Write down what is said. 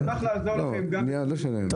אני אשמח לעזור לכם גם --- תודה.